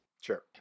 Sure